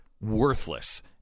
worthless